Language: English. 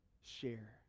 share